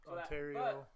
Ontario